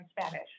Spanish